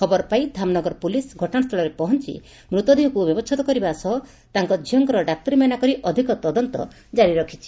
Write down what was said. ଖବର ପାଇ ଧାମନଗର ପୁଲିସ ଘଟଣାସ୍ଥଳରେ ପହଞ୍ ମୃତଦେହକୁ ବ୍ୟବଛେଦ କରିବା ସହ ତାଙ୍କ ଝିଅଙ୍କର ଡାକ୍ତରିମାଇନା କରି ଅଧିକ ତଦନ୍ତ ଜାରି ରଖିଛି